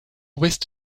ouest